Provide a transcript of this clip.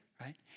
right